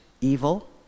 evil